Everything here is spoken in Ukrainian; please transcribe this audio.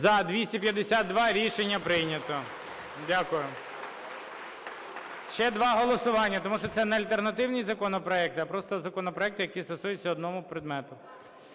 За-252 Рішення прийнято. Дякую. Ще два голосування, тому що це не альтернативний законопроект, а просто законопроект, який стосується одного предмету.